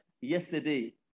yesterday